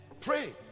pray